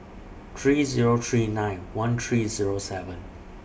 three Zero three nine one three Zero seven